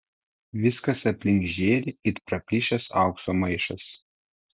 viskas aplink žėri it praplyšęs aukso maišas